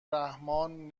رحمان